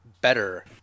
better